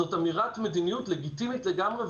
זו אמירת מדיניות לגיטימית לגמרי,